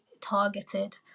targeted